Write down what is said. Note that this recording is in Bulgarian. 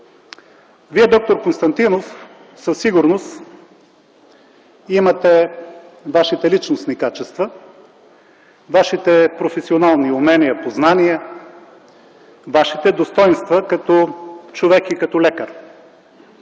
Д-р Константинов, вие със сигурност имате Вашите личностни качества, Вашите професионални умения, познания, Вашите достойнства като човек и като лекар.